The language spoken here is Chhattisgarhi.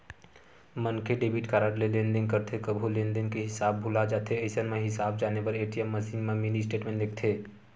मनखे डेबिट कारड ले लेनदेन करथे कभू लेनदेन के हिसाब भूला जाथे अइसन म हिसाब जाने बर ए.टी.एम मसीन म मिनी स्टेटमेंट देखथे